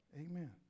Amen